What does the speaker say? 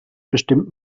bestimmt